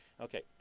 Okay